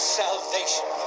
salvation